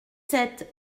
sept